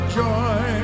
joy